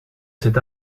cet